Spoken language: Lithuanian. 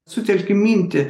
sutelki mintį